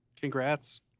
Congrats